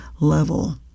level